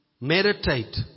Meditate